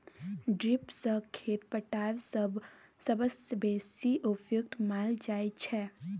drip सँ खेत पटाएब सबसँ बेसी उपयुक्त मानल जाइ छै